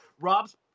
Rob's